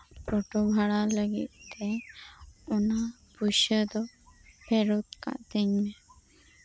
ᱴᱳᱴᱳ ᱵᱷᱟᱲᱟ ᱞᱟᱹᱜᱤᱫᱛᱮ ᱚᱱᱟ ᱯᱚᱭᱥᱟ ᱫᱚ ᱯᱷᱮᱨᱚᱛ ᱠᱟᱹᱛᱤᱧ ᱢᱮ